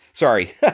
Sorry